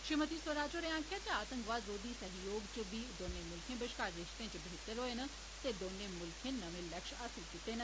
श्रीमति स्वराज होरें आक्खेआ जे आतंकवाद रोघी सहयोग च बी दौने मुल्खें बश्कार बेहतर होए न ते दौने मुल्खे नमें लक्ष्य हासिल कीते न